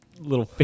little